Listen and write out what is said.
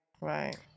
right